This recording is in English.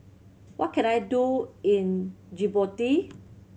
what can I do in Djibouti